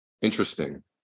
interesting